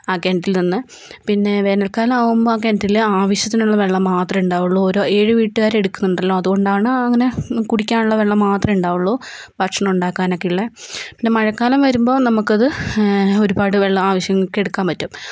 ആ കിണറ്റിൽ നിന്ന് പിന്നെ വേനൽക്കാലം ആകുമ്പോൾ ആ കിണറ്റില് ആവശ്യത്തിനുള്ള വെള്ളം മാത്രമെ ഉണ്ടാവുകയുള്ളു ഓരോ ഏഴ് വീട്ടുകാരെടുക്കുന്നുണ്ടല്ലോ അതുകൊണ്ടാണ് അങ്ങനെ കുടിക്കാനുള്ള വെള്ളം മാത്രമെ ഉണ്ടാവുകയുള്ളു ഭക്ഷണമുണ്ടാക്കാനൊക്കെ ഉള്ളത് പിന്നെ മഴക്കാലം വരുമ്പോൾ നമുക്കത് ഒരുപാടു വെള്ളം ആവശ്യങ്ങൾക്ക് എടുക്കാൻ പറ്റും